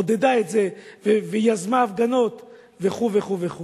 עודדה את זה ויזמה הפגנות וכו' וכו' וכו'.